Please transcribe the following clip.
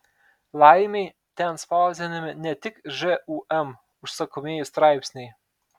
laimei ten spausdinami ne tik žūm užsakomieji straipsniai